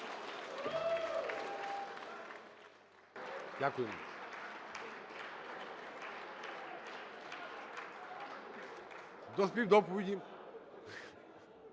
Дякую. До співдоповіді…